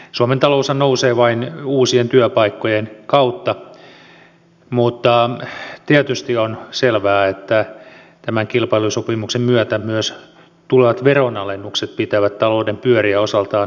suomen taloushan nousee vain uusien työpaikkojen kautta mutta tietysti on selvää että tämän kilpailukykysopimuksen myötä myös tulevat veronalennukset pitävät talouden pyöriä osaltaan pyörimässä